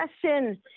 question